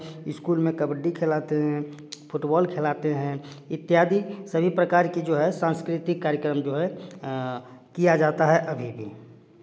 school में कबड्डी खिलाते हैं फुटबॉल खिलाते हैं इत्यादि सभी प्रकार की जो हैं सांस्कृतिक कार्यक्रम जो है किया जाता है अभी भी